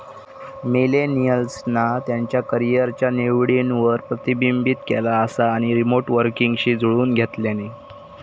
मिलेनियल्सना त्यांच्या करीयरच्या निवडींवर प्रतिबिंबित केला असा आणि रीमोट वर्कींगशी जुळवुन घेतल्यानी